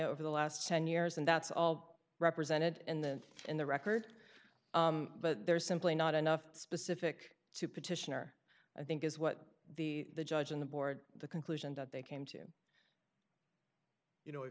over the last ten years and that's all represented in the in the record but there's simply not enough specific to petitioner i think is what the judge and the board the conclusion that they came to you know